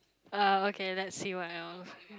uh okay let's see what else